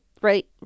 right